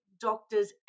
doctors